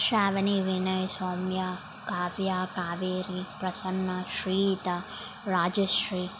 Shravani Vinay Soumya Kavya Kaveri Prasanna Sriyuta Rajshri